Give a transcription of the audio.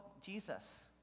jesus